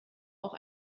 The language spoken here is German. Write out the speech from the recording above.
auch